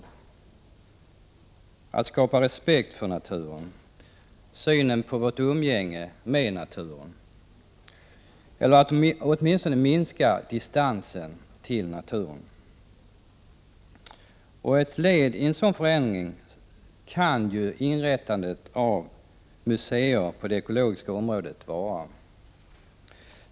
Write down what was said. Det gäller att skapa respekt för naturen, att ändra synen på vårt umgänge med naturen, eller att åtminstone minska distansen till naturen. Ett led i en sådan förändring kan inrättandet av museer på det ekologiska området vara.